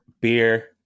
beer